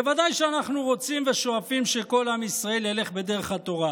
בוודאי שאנחנו רוצים ושואפים שכל עם ישראל ילך בדרך התורה,